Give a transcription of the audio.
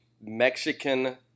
Mexican